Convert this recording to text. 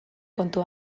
kontu